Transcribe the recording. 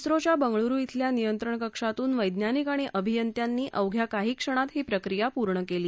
झोच्या बंगळुरू अेल्या नियंत्रण कक्षातून वैज्ञानिक आणि अभियंत्यांनी अवघ्या काही क्षणांत ही प्रक्रिया पूर्ण केली